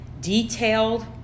detailed